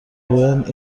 بگویند